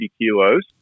kilos